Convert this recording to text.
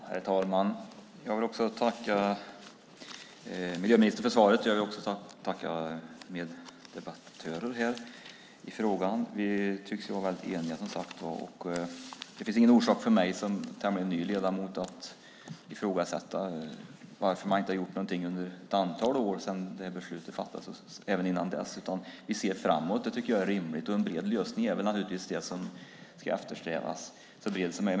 Herr talman! Jag vill tacka miljöministern för svaret, och jag tackar även mina meddebattörer. Vi tycks vara väldigt eniga, och det finns ingen orsak för mig som tämligen ny ledamot att ifrågasätta varför man inte gjort någonting under ett antal år sedan beslutet fattades. Vi ser i stället framåt, vilket jag tycker är rimligt, och en så bred lösning som möjligt är naturligtvis det som eftersträvas.